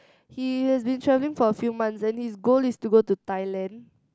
he has been travelling for a few months and his goal is to go to Thailand